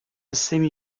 semi